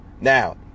Now